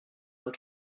els